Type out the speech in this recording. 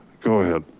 go ahead,